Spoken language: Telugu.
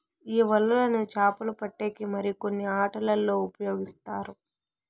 ఈ వలలను చాపలు పట్టేకి మరియు కొన్ని ఆటలల్లో ఉపయోగిస్తారు